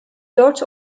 dört